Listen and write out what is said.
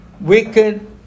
Wicked